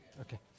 Okay